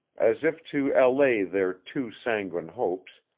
as if to allay their too sanguine hopes,